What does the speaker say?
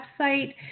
website